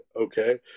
okay